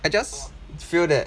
I just feel that